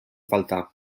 falta